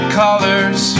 colors